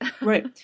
right